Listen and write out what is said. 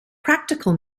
practical